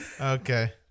Okay